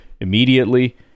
immediately